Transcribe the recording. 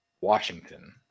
Washington